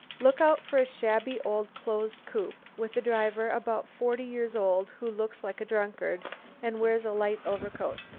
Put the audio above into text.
look out for a shabby old closed coupe, with a driver about forty years old who looks like a drunkard and wears a light overcoat.